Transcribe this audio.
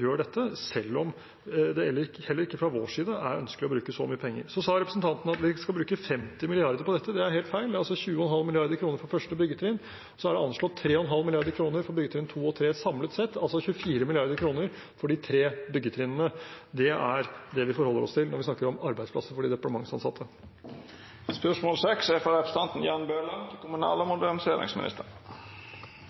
gjør dette, selv om det heller ikke fra vår side er ønskelig å bruke så mye penger. Så sa representanten at vi skal bruke 50 mrd. kr på dette. Det er helt feil. Det er 20,5 mrd. kr for første byggetrinn, så er det anslått 3,5 mrd. kr for byggetrinn 2 og 3 samlet, altså 24 mrd. kr for de tre byggetrinnene. Det er det vi forholder oss til når vi snakker om arbeidsplasser for de departementsansatte. Jeg vil gjerne stille følgende spørsmål til kommunalministeren: «Oslo kommune har kommet med sterke advarsler mot størrelsen og